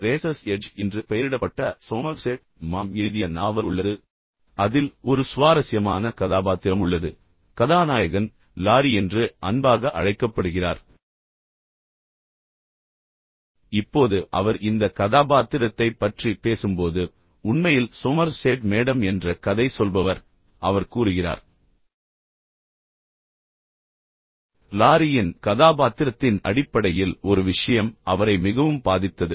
razors Edge என்று பெயரிடப்பட்ட Somerset Maugham எழுதிய நாவல் உள்ளது அதில் ஒரு சுவாரஸ்யமான கதாபாத்திரம் உள்ளது கதாநாயகன் லாரி என்று அன்பாக அழைக்கப்படுகிறார் இப்போது அவர் இந்த கதாபாத்திரத்தைப் பற்றி பேசும்போது உண்மையில் சோமர்செட் மேடம் என்ற கதை சொல்பவர் அவர் கூறுகிறார் லாரியின் கதாபாத்திரத்தின் அடிப்படையில் ஒரு விஷயம் அவரை மிகவும் பாதித்தது